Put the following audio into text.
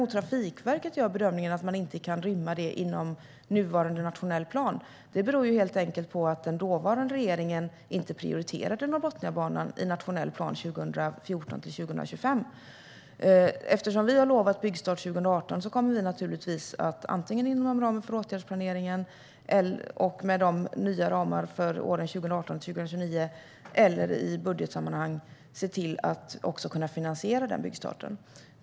Att Trafikverket däremot gör bedömningen att man inte kan rymma banan inom nuvarande nationell plan beror helt enkelt på att den dåvarande regeringen inte prioriterade Norrbotniabanan i nationell plan 2014-2025. Eftersom vi har lovat byggstart 2018 kommer vi naturligtvis att antingen inom ramen för åtgärdsplaneringen och med de nya ramarna för åren 2018-2029 eller i budgetsammanhang se till att kunna finansiera byggstarten.